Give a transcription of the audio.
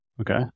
Okay